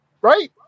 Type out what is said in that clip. right